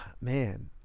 man